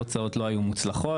התוצאות לא היו מוצלחות.